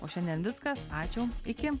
o šiandien viskas ačiū iki